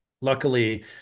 Luckily